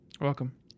welcome